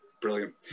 Brilliant